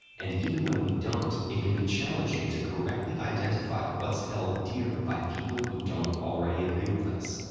and even when we don't, it can be challenging to correctly identify what's held dear by people who don't already agree with us.